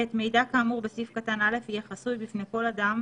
וחיסיון ב) מידע כאמור בסעיף קטן (א) יהיה חסוי בפני כל אדם,